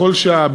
בכל שעה,